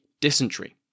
dysentery